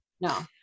No